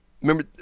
Remember